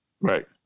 Right